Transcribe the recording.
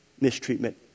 mistreatment